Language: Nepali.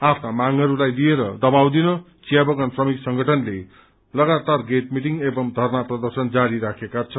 आफ्ना मांगहरूलाई लिएर दबाव दिन चियाबगाम श्रमिक संगठनले लगातार गेट मीटिंग एंव धरना प्रदर्शन जारी राखेका छन्